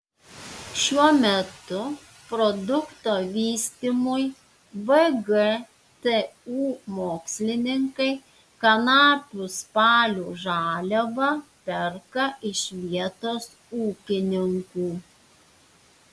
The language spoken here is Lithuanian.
šiuo metu produkto vystymui vgtu mokslininkai kanapių spalių žaliavą perka iš vietos ūkininkų